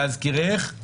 להזכירך,